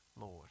lord